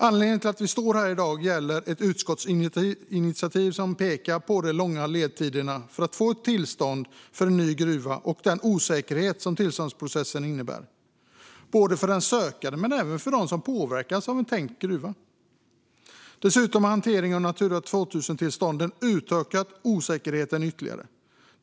Anledningen till att vi står här i dag är ett utskottsinitiativ som pekar på de långa ledtiderna för att få ett tillstånd för en ny gruva och den osäkerhet som tillståndsprocessen innebär för den sökande men även för dem som påverkas av en tänkt gruva. Dessutom har hanteringen av Natura 2000-tillstånden ökat osäkerheten ytterligare.